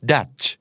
Dutch